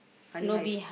honey hive